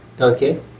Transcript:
Okay